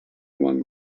one